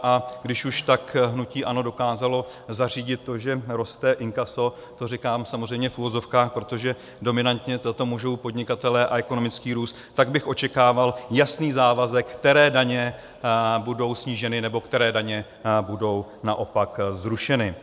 A když už tak hnutí ANO dokázalo zařídit to, že roste inkaso, to říkám samozřejmě v uvozovkách, protože dominantně za to můžou podnikatelé a ekonomický růst, tak bych očekával jasný závazek, které daně budou sníženy nebo které daně budou naopak zrušeny.